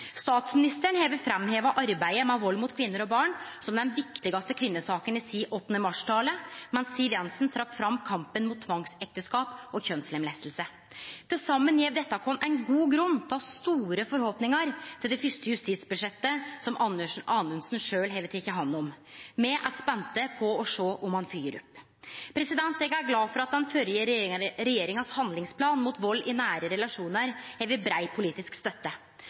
Statsministeren har framheva arbeidet med vald mot kvinner og barn som den viktigaste kvinnesaka i sin 8. mars-tale, mens Siv Jensen trekte fram kampen mot tvangsekteskap og kjønnslemlesting. Til saman gjev dette oss ein god grunn til å ha store forhåpningar til det første justisbudsjettet som Anders Anundsen sjølv har teke hand om. Me er spente på å sjå om han følgjer opp. Eg er glad for at den førre regjeringas handlingsplan mot vald i nære relasjonar har brei politisk støtte.